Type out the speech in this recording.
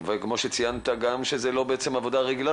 וגם שבעצם כמו שציינת זו לא העבודה הרגילה